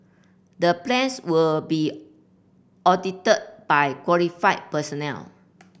the plans will be audited by qualified personnel